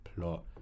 plot